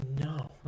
no